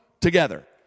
together